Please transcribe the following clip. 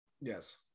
Yes